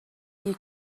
you